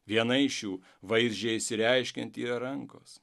viena iš jų vaizdžiai išsireiškiant yra rankos